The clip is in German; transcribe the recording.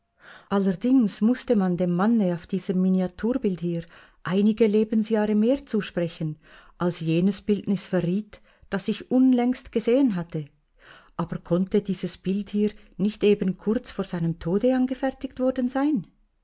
allerdings mußte man dem manne auf diesem miniaturbild hier einige lebensjahre mehr zusprechen als jenes bildnis verriet das ich unlängst gesehen hatte aber konnte dieses bild hier nicht eben kurz vor seinem tode angefertigt worden sein